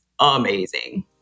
amazing